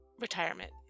retirement